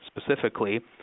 specifically